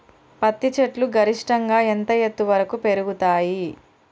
పత్తి చెట్లు గరిష్టంగా ఎంత ఎత్తు వరకు పెరుగుతయ్?